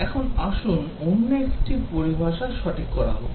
এখন আসুন অন্য একটি পরিভাষা সঠিক করা যাক